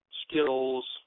skills